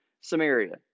Samaria